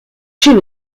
she